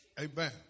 Amen